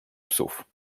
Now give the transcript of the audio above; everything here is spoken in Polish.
psów